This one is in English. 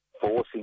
forcing